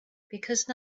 because